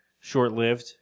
short-lived